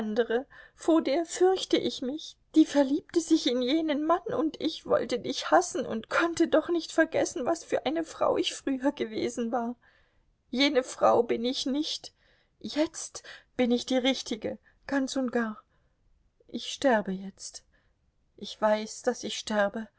vor der fürchte ich mich die verliebte sich in jenen mann und ich wollte dich hassen und konnte doch nicht vergessen was für eine frau ich früher gewesen war jene frau bin ich nicht jetzt bin ich die richtige ganz und gar ich sterbe jetzt ich weiß daß ich sterbe